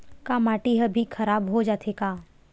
का माटी ह भी खराब हो जाथे का?